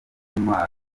nk’intwaro